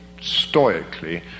stoically